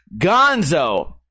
gonzo